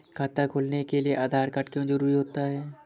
खाता खोलने के लिए आधार कार्ड क्यो जरूरी होता है?